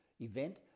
event